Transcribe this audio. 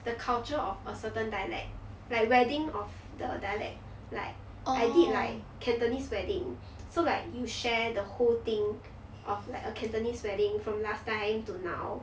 the culture of a certain dialect like wedding of the dialect like I did like cantonese wedding so like you share the whole thing of like a cantonese wedding from last time to now